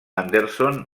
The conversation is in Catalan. anderson